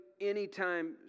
anytime